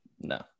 No